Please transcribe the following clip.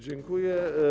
Dziękuję.